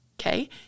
Okay